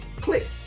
click